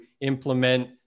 implement